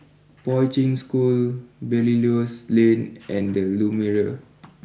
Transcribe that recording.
Poi Ching School Belilios Lane and Lumiere